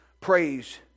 praise